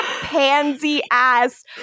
pansy-ass